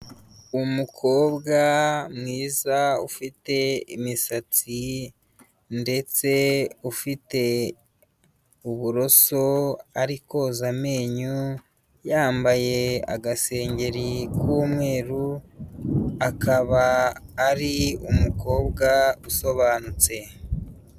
Umukobwa mwiza ufite imisatsi ndetse ufite uburoso ari koza amenyo, yambaye agasengeri k'umweru, akaba ari umukobwa usobanutse.